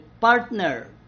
partner